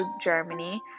germany